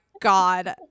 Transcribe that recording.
God